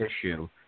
issue